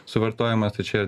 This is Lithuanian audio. suvartojimas tai čia